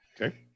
okay